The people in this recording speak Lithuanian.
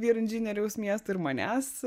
vyr inžinieriaus miesto ir manęs